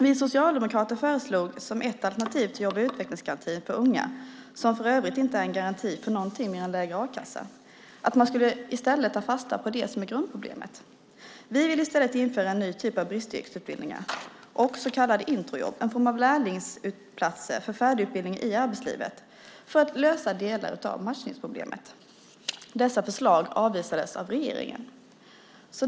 Vi socialdemokrater föreslog som ett alternativ till jobb och utvecklingsgarantin för unga, som för övrigt inte är en garanti för någonting mer än lägre a-kassa, att man i stället skulle ta fasta på det som är grundproblemet. Vi vill i stället införa en ny typ av bristyrkesutbildningar och så kallade introjobb, en form av lärlingsplatser för färdigutbildning i arbetslivet, för att lösa delar av matchningsproblemet. Dessa förslag avvisades av regeringen.